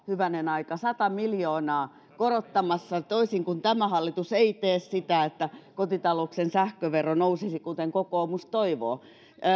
hyvänen aika sata miljoonaa korottamassa toisin kuin tämä hallitus se ei tee sitä että kotitalouksien sähkövero nousisi kuten kokoomus toivoo